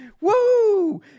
Woo